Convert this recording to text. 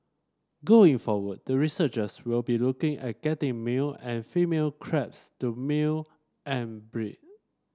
going forward the researchers will be looking at getting male and female crabs to male and breed